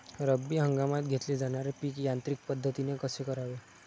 रब्बी हंगामात घेतले जाणारे पीक यांत्रिक पद्धतीने कसे करावे?